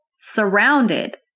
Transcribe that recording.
surrounded